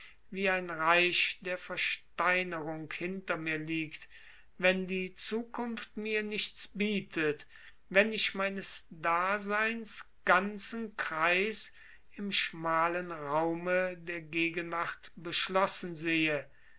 wie ein reich der versteinerung hinter mir liegt wenn die zukunft mir nichts bietet wenn ich meines daseins ganzen kreis im schmalen raume der gegenwart beschlossen sehe